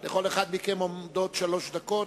לכל אחד מכם עומדות שלוש דקות.